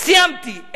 סיימתי.